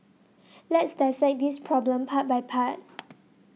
let's dissect this problem part by part